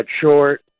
short